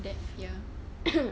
that's ya